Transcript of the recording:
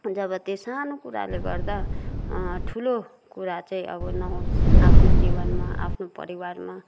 जब त्यो सानो कुराले गर्दा ठुलो कुरा चाहिँ अब नहोस् आफ्नो जीवनमा आफ्नो परिवारमा